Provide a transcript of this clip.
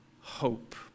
hope